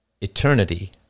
eternity